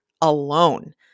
alone